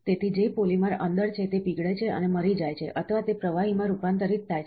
તેથી જે પોલિમર અંદર છે તે પીગળે છે અને મરી જાય છે અથવા તે પ્રવાહીમાં રૂપાંતરિત થાય છે